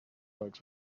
folks